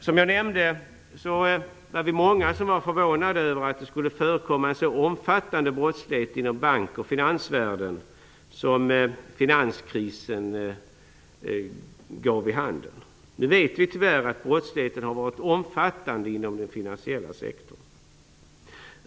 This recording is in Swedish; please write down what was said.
Som jag nämnde, var vi många som var förvånade över att det skulle förekomma en så omfattande brottslighet inom bank och finansvärlden som finanskrisen gav vid handen. Nu vet vi tyvärr att brottsligheten har varit omfattande inom den finansiella sektorn.